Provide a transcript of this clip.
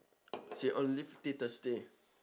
she on leave till thursday